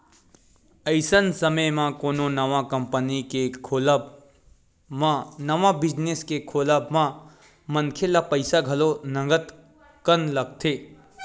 अइसन समे म कोनो नवा कंपनी के खोलब म नवा बिजनेस के खोलब म मनखे ल पइसा घलो नंगत कन लगथे